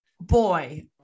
Boy